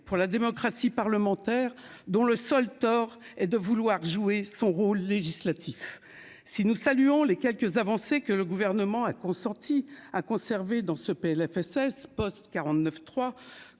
pour la démocratie parlementaire, dont le seul tort est de vouloir jouer son rôle législatif si nous saluons les quelques avancées que le gouvernement a consenti à conserver dans ce PLFSS Post 49 3